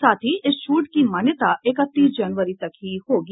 साथ ही इस छूट की मान्यता इकतीस जनवरी तक ही होगी